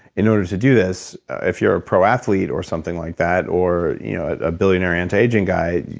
in order to do this if you're a pro athlete or something like that, or a billionaire anti-aging guy,